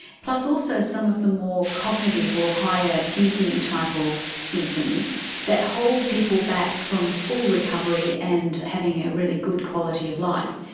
plus also some of the more cognitive or higher thinking type of symptoms that hold people back from full recovery and having a really good quality of life.